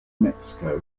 mexico